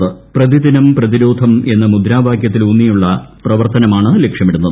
പ്രതിദിനം പ്രതിരോധം എന്ന മുദ്രാവാകൃത്തിലൂന്നിയുള്ള പ്രവർത്തനമാണ് ലക്ഷ്യമിടുന്നത്